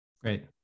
Great